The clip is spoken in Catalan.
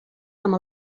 amb